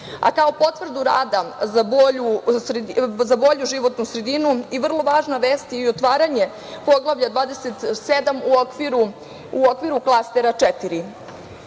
evra. Kao potvrdu rada za bolju životnu sredinu vrlo važna vest je i otvaranje Poglavlja 27. u okviru Klastera 4.